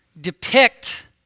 depict